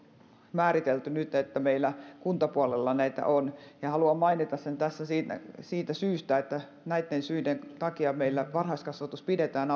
määritelty nyt että meillä kuntapuolella näitä on ja haluan mainita sen tässä siitä syystä että näitten syiden takia meillä varhaiskasvatus pidetään